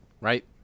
right